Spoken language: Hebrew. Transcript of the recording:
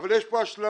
אבל יש פה השלמה.